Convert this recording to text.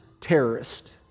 terrorist